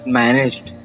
managed